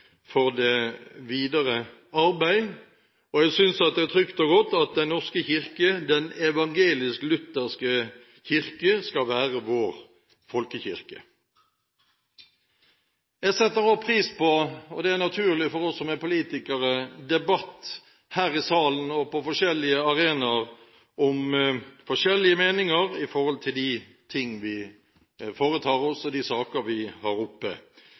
for det videre arbeid, og jeg synes det er trygt og godt at Den norske kirke, den evangelisk-lutherske kirke, skal være vår folkekirke. Jeg setter også pris på – og det er naturlig for oss som er politikere – debatt her i salen, og på forskjellige arenaer, om forskjellige meninger i forhold til de ting vi foretar oss, og de saker vi har oppe.